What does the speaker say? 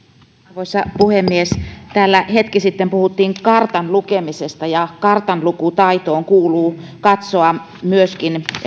arvoisa puhemies täällä hetki sitten puhuttiin kartan lukemisesta ja kartanlukutaitoon kuuluu katsoa myöskin